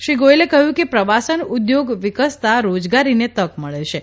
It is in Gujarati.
શ્રી ગોયલે કહ્યુ કે પ્રવાસન ઉદ્યોગ વિકસતા રોજગારીને તક મળેછે